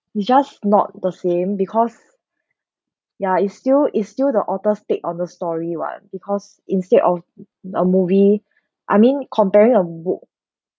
it just not the same because ya is still is still the author's take of the story what because instead of a movie I mean comparing a book